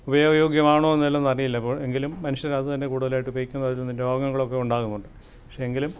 ഉപയോഗയോഗ്യമാണോന്നറിയില്ല എങ്കിലും മനുഷ്യരത് തന്നെ കൂടുതലായിട്ടുപയോഗിക്കുന്നതിൽ നിന്ന് രോഗങ്ങളൊക്കെ ഉണ്ടാക്കുന്നുണ്ട് പക്ഷേ എങ്കിലും